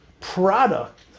product